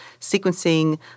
sequencing